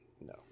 no